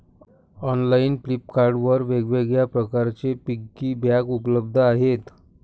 online Flipkart वर वेगवेगळ्या प्रकारचे पिगी बँक उपलब्ध आहेत